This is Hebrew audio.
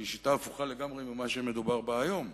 שהיא שיטה הפוכה לגמרי ממה שמדובר בו היום,